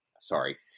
Sorry